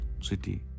city